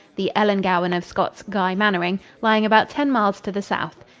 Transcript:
the ellangowan of scott's guy mannering, lying about ten miles to the south.